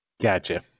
Gotcha